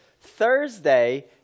Thursday